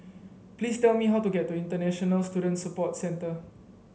please tell me how to get to International Student Support Centre